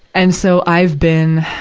and, so, i've been,